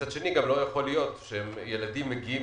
מצד שני, לא יכול להיות שילדים מגיעים